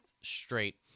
straight